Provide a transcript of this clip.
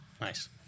Nice